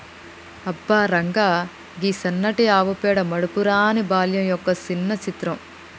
అబ్బ రంగా, గీ సన్నటి ఆవు పేడ మరపురాని బాల్యం యొక్క సిన్న చిత్రం